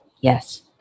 yes